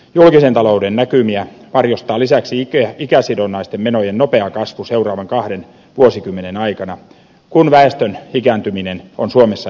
julkisen talouden näkymiä varjostaa lisäksi ikäsidonnaisten menojen nopea kasvu seuraavan kahden vuosikymmenen aikana kun väestön ikääntyminen on suomessa euroopan nopeinta